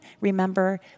remember